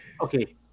Okay